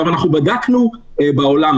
בדקנו בעולם,